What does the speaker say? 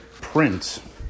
Print